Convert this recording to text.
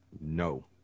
No